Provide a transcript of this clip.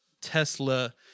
Tesla